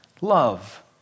Love